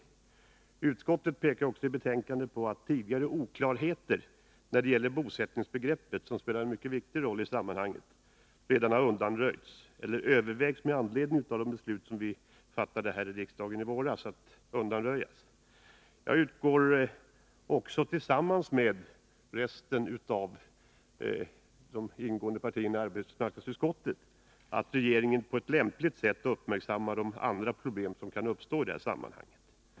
liga villkoren för Utskottet pekar i betänkandet på att tidigare oklarheter när det gäller svenska medbosättningsbegreppet, som spelar en mycket viktig roll i sammanhanget, borgare anställda redan har undanröjts eller övervägs att undanröjas med anledning av de utomlands beslut som riksdagen fattade i våras. Jag utgår tillsammans med övriga i arbetsmarknadsutskottet ingående partier från att regeringen på lämpligt sätt uppmärksammar de andra problem som kan uppstå i sammanhanget.